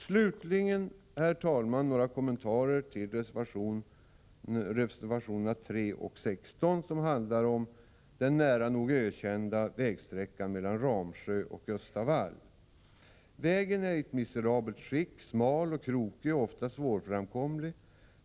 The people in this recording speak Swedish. Slutligen, herr talman, några kommentarer till reservationerna 3 och 15 som handlar om den nära nog ökända vägsträckan mellan Ramsjö och Östavall. Vägen är i ett miserabelt skick, smal, krokig och ofta svårframkomlig.